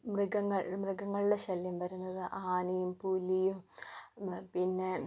മൃഗങ്ങൾ മൃഗങ്ങളുടെ ശല്യം വരുന്നത് ആനയും പുലിയും പിന്നെ